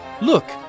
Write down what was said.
Look